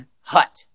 hut